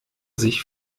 sich